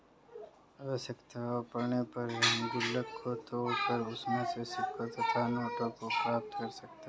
आवश्यकता पड़ने पर गुल्लक को तोड़कर उसमें से सिक्कों तथा नोटों को प्राप्त कर सकते हैं